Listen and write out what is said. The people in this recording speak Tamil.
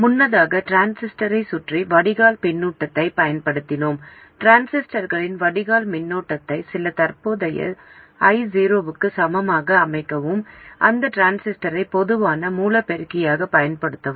முன்னதாக டிரான்சிஸ்டரைச் சுற்றி வடிகால் பின்னூட்டத்தைப் பயன்படுத்தினோம் டிரான்சிஸ்டர்களின் வடிகால் மின்னோட்டத்தை சில தற்போதைய I0 க்கு சமமாக அமைக்கவும் அந்த டிரான்சிஸ்டரை பொதுவான மூல பெருக்கியாகப் பயன்படுத்தவும்